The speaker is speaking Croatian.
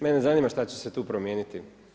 Mene zanima šta će se tu promijeniti.